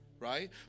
Right